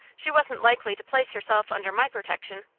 she wasn't likely to place herself under my protection.